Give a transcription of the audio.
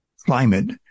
climate